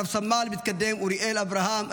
רב-סמל מתקדם אוריאל אברהם,